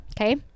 okay